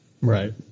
right